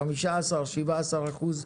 17-15 אחוזים